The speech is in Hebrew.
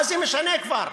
מה זה משנה כבר?